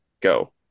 go